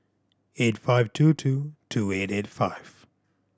eight five two two two eight eight five